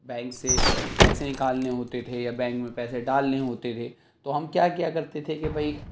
bank سے پیسے نکالنے ہوتے تھے یا بینک میں پیسے ڈالنے ہوتے تھے تو ہم کیا کیا کرتے تھے کہ بھائی